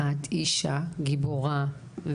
את אישה גיבורה.